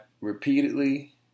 repeatedly